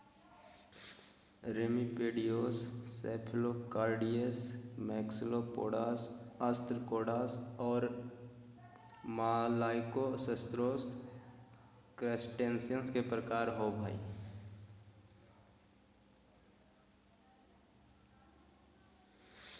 remipedes, cephalocarids, maxillopods, ostracods, और malacostracans, crustaceans के प्रकार होव हइ